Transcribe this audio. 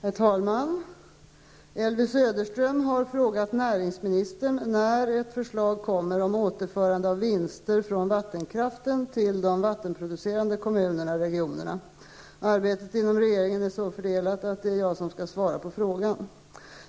Herr talman! Elvy Söderström har frågat näringsministern när ett förslag kommer om återförande av vinster från vattenkraften till de vattenproducerande kommunerna/regionerna. Arbetet inom regeringen är så fördelat att det är jag som skall svara på frågan.